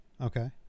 okay